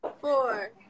four